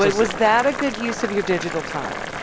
was that a good use of your digital time.